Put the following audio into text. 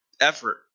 effort